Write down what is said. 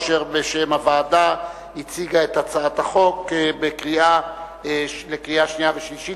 אשר בשם הוועדה הציגה את הצעת החוק לקריאה שנייה ולקריאה שלישית.